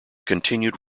continued